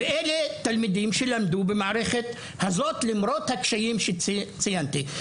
אלה התלמידים שלמדו במערכת הזאת למרות הקשיים שציינתי.